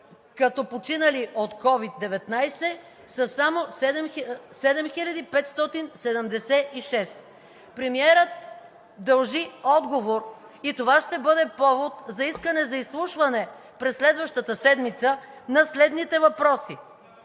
като починали от COVID-19 са само 7576. Премиерът дължи отговор и това ще бъде повод за искане за изслушване през следващата седмица на следните въпроси: